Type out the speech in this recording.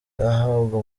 ahabwa